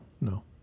No